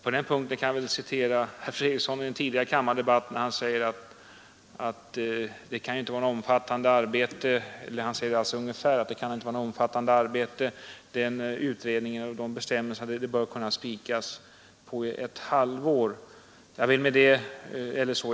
På den punkten kan jag väl åberopa vad herr Fredriksson sade i en tidigare kammardebatt, då han hävdade att det inte kan vara något omfattande arbete utan att dessa bestämmelser bör kunna spikas på ett halvår eller så.